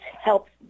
helps